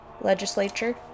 legislature